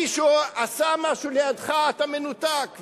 מישהו עשה משהו לידך, אתה מנותק.